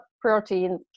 protein